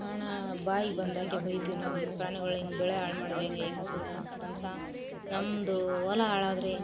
ಮಾಣ ಬಾಯಿ ಬಂದಾಗೇ ಬೈತೀವಿ ನಾವು ನಿಮ್ಮ ಪ್ರಾಣಿಗಳು ಹಿಂಗೆ ಬೆಳೆ ಹಾಳು ಮಾಡಿದ್ರೆ ಹೆಂಗೆ ಸೂರ ನಮ್ಮ ಸ ನಮ್ದು ಹೊಲ ಹಾಳಾದ್ರೆ ಹೆಂಗೆ